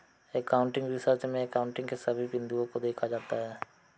accounting research में accounting के सभी बिंदुओं को देखा जाता है